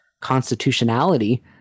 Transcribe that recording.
constitutionality